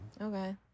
Okay